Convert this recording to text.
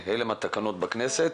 וזה התקנון בכנסת.